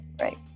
right